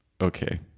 Okay